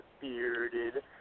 bearded